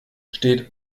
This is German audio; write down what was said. steht